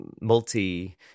multi